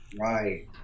Right